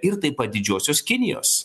ir taip pat didžiosios kinijos